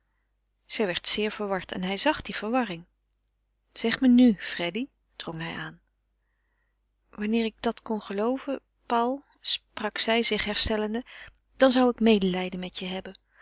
zij werd zeer verward en hij zag die verwarring zeg me nu freddy drong hij aan wanneer ik dat kon gelooven paul sprak zij zich herstellende dan zou ik medelijden met je hebben